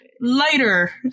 lighter